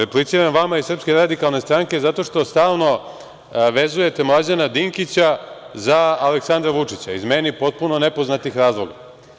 Repliciram vama iz SRS zato što stalno vezujete Mlađana Dinkića za Aleksandra Vučića, iz meni potpuno nepoznatih razloga.